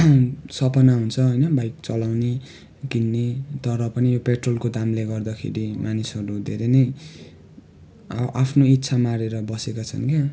सपना हुन्छ होइन बाइक चलाउने किन्ने तर पनि यो पेट्रलको दामले गर्दाखेरि मानिसहरू धेरै नै आफ्नो इच्छा मारेर बसेका छन् क्या